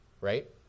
right